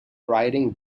riding